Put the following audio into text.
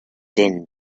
din